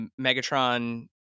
megatron